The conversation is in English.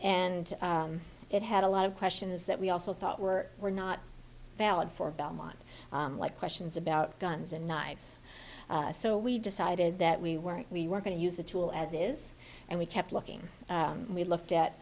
and it had a lot of questions that we also thought were were not valid for belmont like questions about guns and knives so we decided that we were we were going to use the tool as it is and we kept looking and we looked at